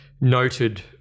noted